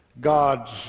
God's